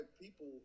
people